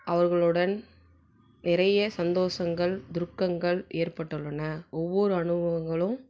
அவர்களுடன் நிறைய சந்தோஷங்கள் துக்கங்கள் ஏற்பட்டுள்ளன ஒவ்வொரு அனுபவங்களும்